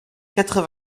quatre